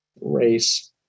race